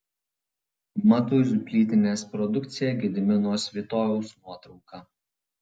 matuizų plytinės produkcija gedimino svitojaus nuotrauka